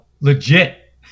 legit